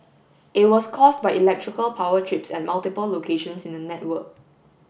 it was caused by electrical power trips at multiple locations in the network